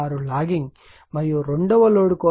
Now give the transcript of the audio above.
6 logging మరియు రెండవ load కోసం ఇది 0